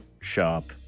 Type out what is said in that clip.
shop